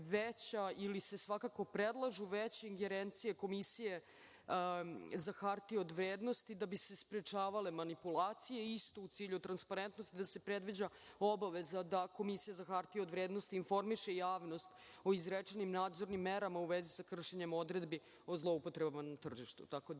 ili se svakako predlažu veće ingerencije Komisije za hartije od vrednosti, da bi se sprečavale manipulacije. Isto u cilju transparentnosti, da se predviđa obaveza da Komisija za hartije od vrednosti informiše javnost o izrečenim nadzornim merama u vezi sa kršenjem odredbi o zloupotrebama na tržištu. Tako da